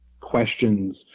questions